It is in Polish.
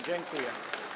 Dziękuję.